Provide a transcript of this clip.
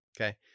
Okay